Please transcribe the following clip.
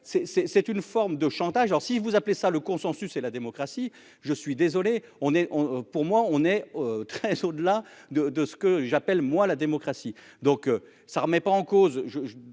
c'est une forme de chantage, alors si vous appelez ça le consensus et la démocratie, je suis désolé, on est on pour moi, on est très au-delà de de ce que j'appelle, moi, la démocratie, donc, ça remet pas en cause